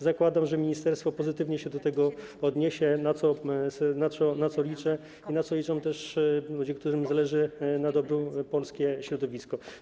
Zakładam, że ministerstwo pozytywnie się do tego odniesie, na co liczę i na co liczą też ludzie, którym zależy na dobru polskiego środowiska.